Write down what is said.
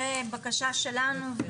זו בקשה שלנו.